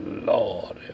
Lord